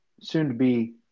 soon-to-be